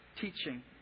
teaching